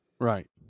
Right